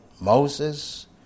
Moses